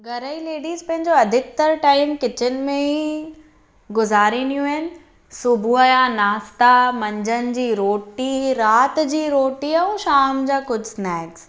घर जी लेडीस पंहिंजो अधिकतर टाइम किचन में ई गुज़ारींदियूं आहिनि सुबुह जा नाश्ता मंझंदि जी रोटी राति जी रोटी ऐं शाम जा कुझु स्नैक्स